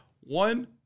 One